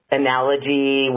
analogy